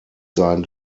sein